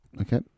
Okay